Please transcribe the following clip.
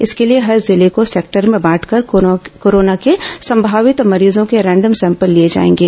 इसके लिए हर जिले को सेक्टर में बांटकर कोरोना के संभावित मरीजों के रैंडम सैंपल लिए जाएंगे